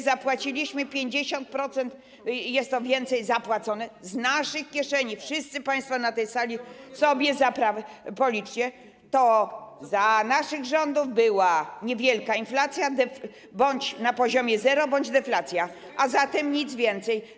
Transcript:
zapłaciliśmy 50%, jest to więcej zapłacone, z naszych kieszeni - wszyscy państwo na tej sali sobie policzcie - to za naszych rządów była niewielka inflacja bądź na poziomie zero lub deflacja, a zatem nic więcej.